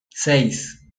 seis